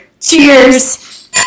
Cheers